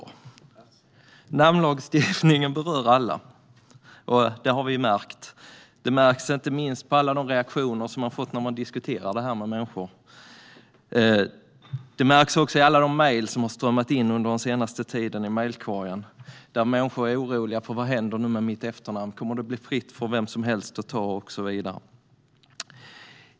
Att namnlagstiftningen berör märks inte minst på alla de reaktioner jag får när jag diskuterar detta med människor. Det märks också på alla de mejl som har strömmat in i mejlkorgen den senaste tiden. Människor är oroliga för vad som kommer att hända med deras efternamn och undrar om det kommer att bli fritt fram för vem som helst att ta det och så vidare.